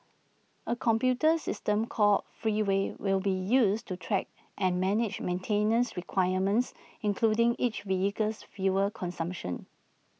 A computer system called Freeway will be used to track and manage maintenance requirements including each vehicle's fuel consumption